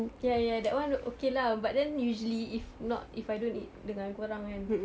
ya ya that [one] okay lah but then usually if not if I don't eat dengan kau orang kan